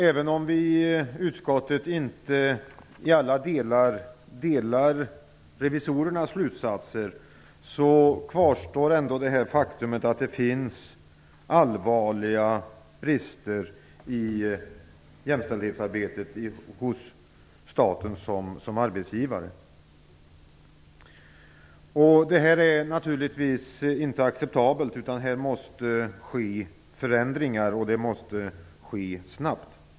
Även om utskottet inte delar revisorernas slutsatser i alla delar kvarstår ändå faktum; det finns allvarliga brister i jämställdhetsarbetet hos staten som arbetsgivare. Det är naturligtvis inte acceptabelt. Här måste det ske förändringar, och det måste ske snabbt.